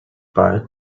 but